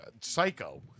Psycho